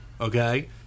okay